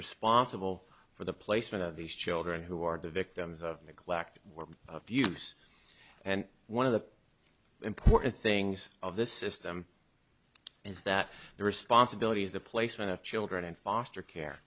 responsible for the placement of these children who are the victims of neglect or abuse and one of the important things of this system is that the responsibilities the placement of children in foster care